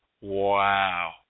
wow